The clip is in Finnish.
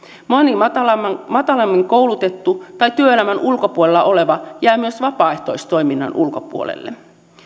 moni matalammin matalammin koulutettu tai työelämän ulkopuolella oleva jää myös vapaaehtoistoiminnan ulkopuolelle